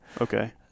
Okay